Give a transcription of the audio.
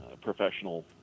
professional